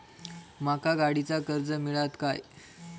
माका गाडीचा कर्ज मिळात काय?